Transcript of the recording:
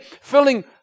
filling